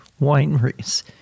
wineries